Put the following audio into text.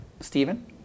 Stephen